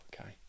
Okay